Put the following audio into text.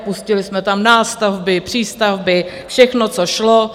Pustili jsme tam nástavby, přístavby, všechno, co šlo.